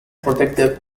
protective